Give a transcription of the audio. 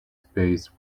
space